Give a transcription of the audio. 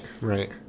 right